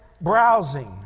browsing